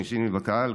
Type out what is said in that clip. השינשינים בקהל,